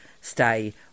stay